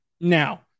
Now